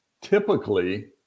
Typically